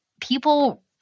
people